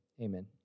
Amen